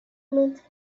mind